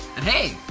and hey,